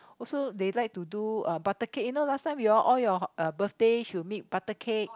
also they like to do uh butter cake you know last time you all all your uh birthday she will make butter cake